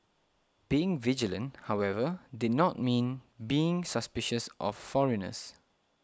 being vigilant however did not mean being suspicious of foreigners